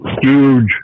Huge